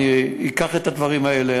אקח את הדברים האלה,